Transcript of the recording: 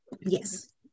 Yes